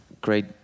great